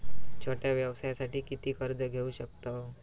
छोट्या व्यवसायासाठी किती कर्ज घेऊ शकतव?